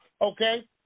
okay